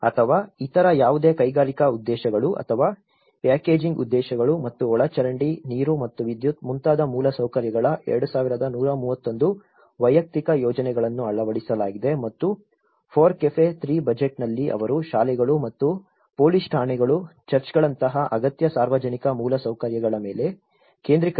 ಅಥವಾ ಇತರ ಯಾವುದೇ ಕೈಗಾರಿಕಾ ಉದ್ದೇಶಗಳು ಅಥವಾ ಪ್ಯಾಕೇಜಿಂಗ್ ಉದ್ದೇಶಗಳು ಮತ್ತು ಒಳಚರಂಡಿ ನೀರು ಮತ್ತು ವಿದ್ಯುತ್ ಮುಂತಾದ ಮೂಲಸೌಕರ್ಯಗಳ 2131 ವೈಯಕ್ತಿಕ ಯೋಜನೆಗಳನ್ನು ಅಳವಡಿಸಲಾಗಿದೆ ಮತ್ತು FORECAFE 3 ಬಜೆಟ್ನಲ್ಲಿ ಅವರು ಶಾಲೆಗಳು ಮತ್ತು ಪೊಲೀಸ್ ಠಾಣೆಗಳು ಚರ್ಚ್ಗಳಂತಹ ಅಗತ್ಯ ಸಾರ್ವಜನಿಕ ಮೂಲಸೌಕರ್ಯಗಳ ಮೇಲೆ ಕೇಂದ್ರೀಕರಿಸಿದ್ದಾರೆ